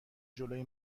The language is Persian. جلوی